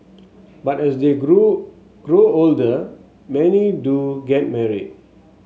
but as they grow grow older many do get married